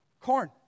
Corn